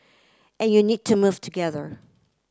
and you need to move together